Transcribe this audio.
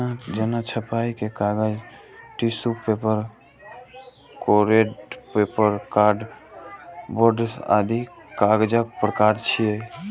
जेना छपाइ के कागज, tissue paper, coated paper, card board आदि कागजक प्रकार छियै